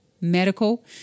medical